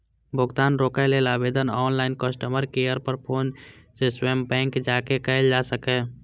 भुगतान रोकै लेल आवेदन ऑनलाइन, कस्टमर केयर पर फोन सं स्वयं बैंक जाके कैल जा सकैए